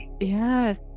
Yes